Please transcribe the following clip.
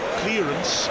clearance